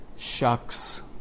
Shucks